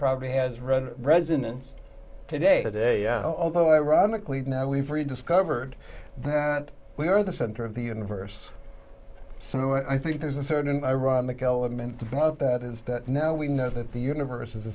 probably has read resonance today today although ironically now we've rediscovered that we are the center of the universe so i think there's a certain ironic element of that is that now we know that the universe is